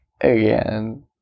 again